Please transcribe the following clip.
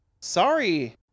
Sorry